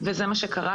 וזה מה שקרה.